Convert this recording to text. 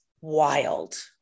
wild